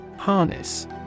harness